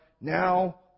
now